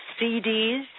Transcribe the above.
CDs